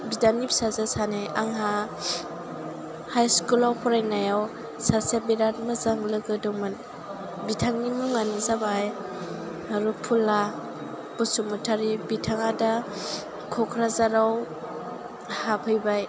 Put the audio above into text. बिदानि फिजासो सानै आंहा हाइ स्कुलाव फरायनायाव सासे बिराद मोजां लोगो दंमोन बिथांनि मुङानो जाबाय नालुखफुला बसुमतारि बिथाङा दा क'क्राझाराव हाबहैबाय